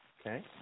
Okay